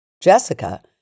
Jessica